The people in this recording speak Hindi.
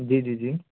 जी जी जी